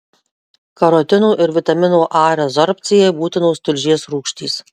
karotinų ir vitamino a rezorbcijai būtinos tulžies rūgštys